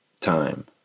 time